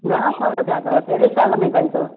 घणा साल थिया अथव कहिड़े साल में कई अथव